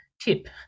tip